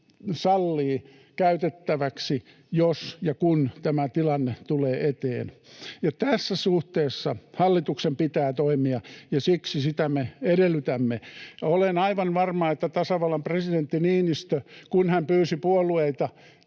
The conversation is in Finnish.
sallii käytettäväksi, jos ja kun tämä tilanne tulee eteen. Ja tässä suhteessa hallituksen pitää toimia, ja siksi me sitä edellytämme. Olen aivan varma, että tasavallan presidentti Niinistö, kun hän pyysi puolueita